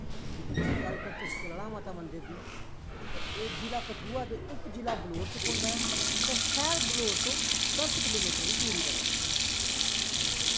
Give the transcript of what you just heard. ते गल्ल करचै सुकराला माता मन्दर दी ते एह् जि'ला कठुआ दे उप जि'ला बलौर च पौंदा ऐ ते शैह्र बलौर तो दस किलो मीटर दी दूरी पर ऐ